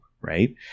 Right